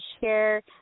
share